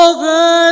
Over